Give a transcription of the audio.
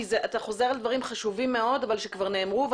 כי אתה חוזר על דברים שהם חשובים מאוד אבל שנאמרו כבר,